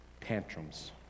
tantrums